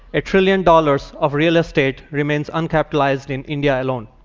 a trillion dollars of real estate remains uncapitalized in india alone.